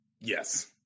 Yes